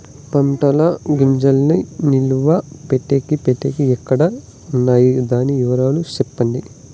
పంటల గింజల్ని నిలువ పెట్టేకి పెట్టేకి ఎక్కడ వున్నాయి? దాని వివరాలు సెప్పండి?